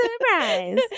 surprise